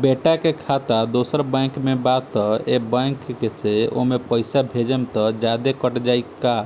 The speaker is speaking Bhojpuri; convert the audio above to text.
बेटा के खाता दोसर बैंक में बा त ए बैंक से ओमे पैसा भेजम त जादे कट जायी का